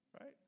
right